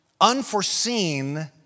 unforeseen